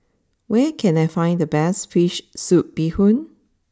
where can I find the best Fish Soup Bee Hoon